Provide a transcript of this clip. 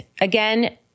Again